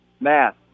math